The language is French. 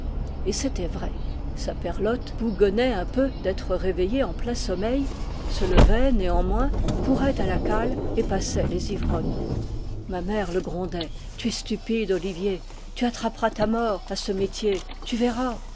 et c'était vrai saperlott bougonnait un peu d'être réveillé en plein sommeil se levait néanmoins courait à la cale et passait les ivrognes ma mère le grondait tu es stupide olivier tu attraperas ta mort à ce métier tu verras